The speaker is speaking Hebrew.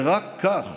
ורק כך